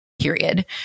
period